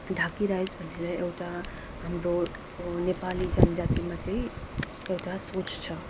ढाकिरहोस् भनेर एउटा हाम्रो नेपाली जनजातिमा चाहिँ एउटा सोच छ